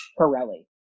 Pirelli